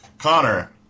Connor